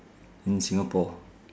in singapore